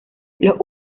los